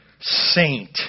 saint